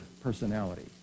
personality